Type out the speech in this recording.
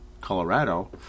Colorado